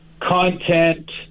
content